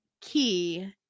key